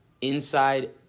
inside